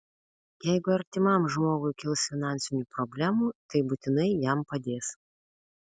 jeigu artimam žmogui kils finansinių problemų tai būtinai jam padės